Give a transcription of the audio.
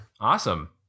awesome